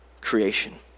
creation